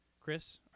Chris